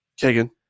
Kagan